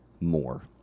more